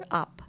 up